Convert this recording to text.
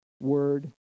word